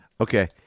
Okay